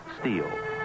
steel